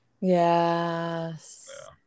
yes